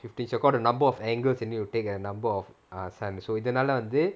fifteen shots because the number of angles you need to take and a number of so இதுனால வந்து:ithunaala vanthu